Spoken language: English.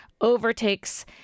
overtakes